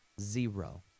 zero